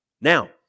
Now